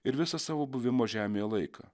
ir visą savo buvimo žemėje laiką